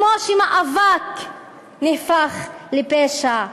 כמו שמאבק נהפך לפשע,